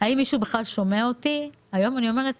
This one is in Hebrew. האם מישהו בכלל שומע אותנו, והיום אני אומרת